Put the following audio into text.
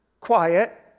quiet